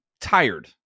tired